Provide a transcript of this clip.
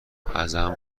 ازم